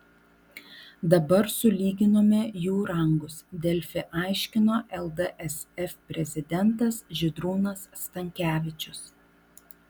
dabar sulyginome jų rangus delfi aiškino ldsf prezidentas žydrūnas stankevičius